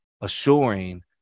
assuring